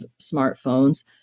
smartphones